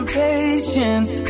patience